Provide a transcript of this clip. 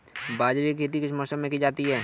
बाजरे की खेती किस मौसम में की जाती है?